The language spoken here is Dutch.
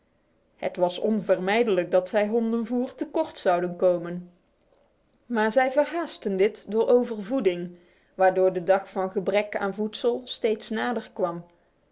het was onvermijdelijk dat zij hondenvoer te kort zouden komen maar zij verhaastten dit door overvoeding waardoor de dag van gebrek aan voedsel steeds nader kwam